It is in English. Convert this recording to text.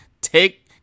take